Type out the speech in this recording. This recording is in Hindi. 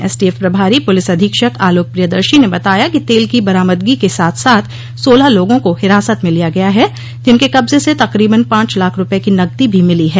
एसटीएफ प्रभारी पुलिस अधीक्षक आलोक प्रियदर्शी ने बताया कि तेल की बरामदगी के साथ साथ सोलह लोगों को हिरासत में लिया गया है जिनके कब्ज से तकरीबन पांच लाख रूपये की नकदी भी मिली है